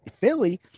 Philly